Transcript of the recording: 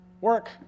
Work